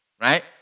right